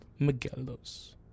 Miguelos